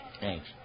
Thanks